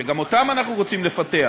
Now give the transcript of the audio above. שגם אותם אנחנו רוצים לפתח.